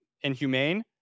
inhumane